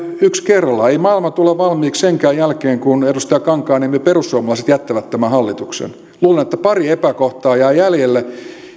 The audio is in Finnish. yksi kerrallaan ei maailma tule valmiiksi senkään jälkeen edustaja kankaanniemi kun perussuomalaiset jättävät tämän hallituksen luulen että pari epäkohtaa jää jäljelle